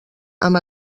amb